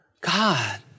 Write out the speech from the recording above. God